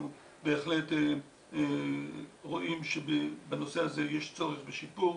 בהחלט רואים שבנושא הזה יש צורך בשיפור.